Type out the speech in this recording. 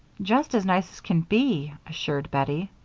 just as nice as can be, assured bettie.